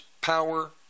power